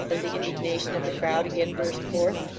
as the indignation of the crowd again burst forth.